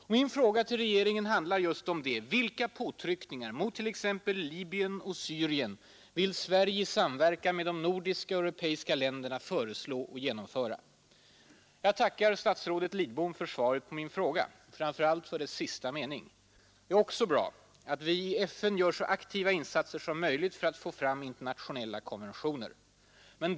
Och min fråga till regeringen handlar just om detta: vilka påtryckningar mot t.ex. Libyen och Syrien vill Sverige i samverkan med de nordiska och europeiska länderna föreslå och genomföra? Jag tackar statsrådet Lidbom för svaret på den frågan, framför allt för den sista meningen i det. Det är också bra att vi i FN gör så aktiva insatser som möjligt för att få fram internationella konventioner.